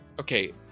okay